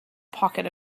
pocket